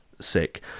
sick